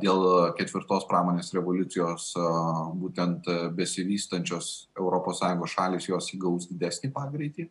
dėl ketvirtos pramonės revoliucijos būtent besivystančios europos sąjungos šalys jos įgaus didesnį pagreitį